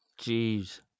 Jeez